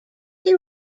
two